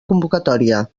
convocatòria